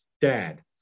dad